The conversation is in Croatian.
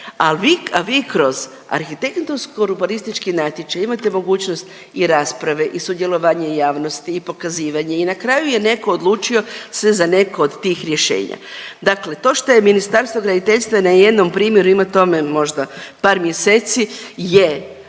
a vi kroz arhitektonsko-urbanistički natječaj imate mogućnost i rasprave i sudjelovanja javnosti i pokazivanja i na kraju je neko odlučio se za neko od tih rješenja. Dakle, to što je Ministarstvo graditeljstva na jednom primjeru ima tome možda par mjeseci je